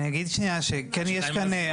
אני אגיד שנייה שכן יש כאן,